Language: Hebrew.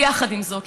ויחד עם זאת,